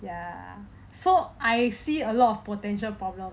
ya so I see a lot of potential problems